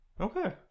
Okay